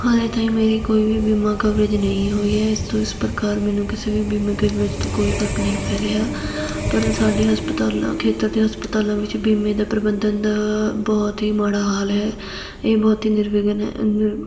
ਹਲੇ ਤਾਂਈ ਮੇਰੀ ਕੋਈ ਵੀ ਬੀਮਾ ਕਵਰੇਜ ਨਹੀਂ ਹੋਈ ਹੈ ਇਸ ਤੋਂ ਇਸ ਪ੍ਰਕਾਰ ਮੈਨੂੰ ਕਿਸੇ ਵੀ ਬੀਮਾ ਕਵਰੇਜ 'ਚ ਤੋਂ ਕੋਈ ਫਰਕ ਨਹੀਂ ਪੈ ਰਿਹਾ ਪਰ ਸਾਡੇ ਹਸਪਤਾਲਾਂ ਖੇਤਰ ਅਤੇ ਹਸਪਤਾਲਾਂ ਵਿੱਚ ਬੀਮੇ ਦੇ ਪ੍ਰਬੰਧਨ ਦਾ ਬਹੁਤ ਹੀ ਮਾੜਾ ਹਾਲ ਹੈ ਇਹ ਬਹੁਤ ਹੀ ਨਿਰਵਿਘਨ ਹੈ ਨਿਰ